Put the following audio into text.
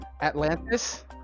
Atlantis